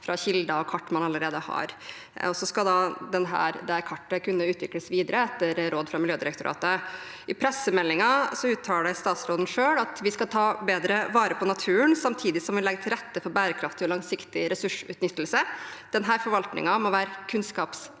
fra kilder og kart man allerede har. Dette kartet skal så kunne utvikles videre, etter råd fra Miljødirektoratet. I pressemeldingen uttaler statsråden selv: «Vi skal ta bedre vare på naturen, samtidig som vi legger til rette for bærekraftig og langsiktig ressursutnyttelse. Denne forvaltningen må være kunnskapsbasert.